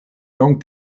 donc